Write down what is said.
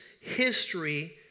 history